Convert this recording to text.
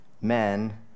men